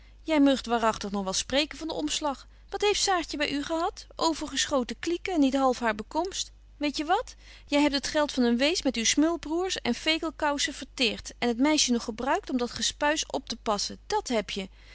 meugt waaragtig nog wel spreken van omslag wat heeft saartje by u gehad overgeschoten klieken en niet half haar bekomst weet je wat jy hebt het geld van een wees met uw smulbroêrs en fekelkousen verteert en het meisje nog gebruikt om dat gespuis optepassen dat heb je